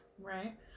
Right